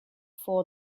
for